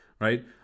right